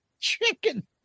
chicken